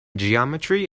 geometry